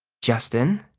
justin,